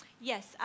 Yes